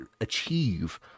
achieve